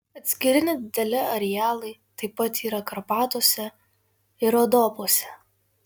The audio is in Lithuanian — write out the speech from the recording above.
atskiri nedideli arealai taip pat yra karpatuose ir rodopuose